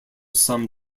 some